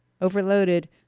overloaded